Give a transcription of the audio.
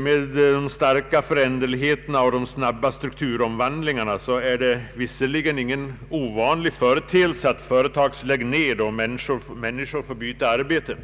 med den starka föränderligheten och de snabba strukturomvandlingarna, är det visserligen ingen ovanlig företeelse att företag läggs ned och människor får byta arbete.